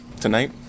tonight